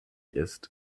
ist